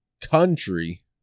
country